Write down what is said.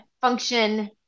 function